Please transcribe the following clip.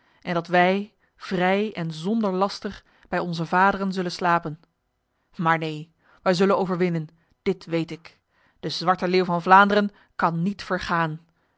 en dat wij vrij en zonder laster bij onze vaderen zullen slapen maar neen wij zullen overwinnen dit weet ik de zwarte leeuw van vlaanderen kan niet vergaan